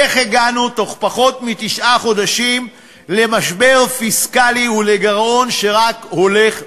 איך הגענו בתוך פחות מתשעה חודשים למשבר פיסקלי ולגירעון שרק הולך וגדל?